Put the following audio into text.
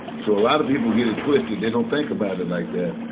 so a lot of people get it twisted. they don't think about it like that.